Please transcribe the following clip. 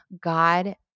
God